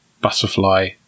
butterfly